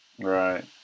Right